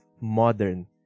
modern